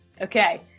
okay